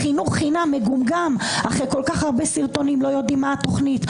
חינוך חינם מגומגם אחרי כל כך הרבה סרטונים לא יודעים מה התוכנית,